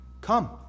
come